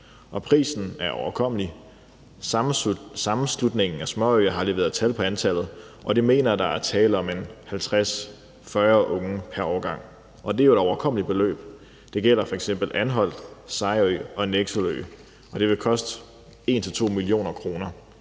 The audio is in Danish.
Prisen er overkommelig. Sammenslutningen af Danske Småøer har sat tal på antallet, og de mener, at der er tale om 40-50 unge pr. årgang, og det betyder jo et overkommeligt beløb. Det gælder f.eks. Anholt, Sejerø og Nekselø, og det vil koste 1-2 mio. kr.